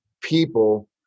people